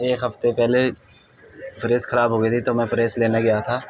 ایک ہفتے پہلے پریس خراب ہو گئی تھی تو میں پریس لینے گیا تھا